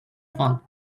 fun